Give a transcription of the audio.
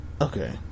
Okay